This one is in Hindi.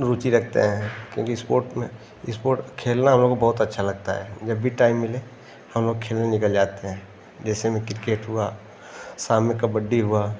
रुचि रखते हैं क्योंकि इस्पोट में इस्पोट खेलना हम लोगों को बहुत अच्छा लगता है जब भी टाइम मिले हम लोग खेलने निकल जाते हैं जिसमें क्रिकेट हुआ सामने कबड्डी हुआ